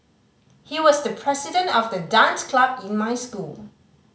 he was the president of the dance club in my school